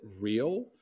real